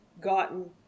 gotten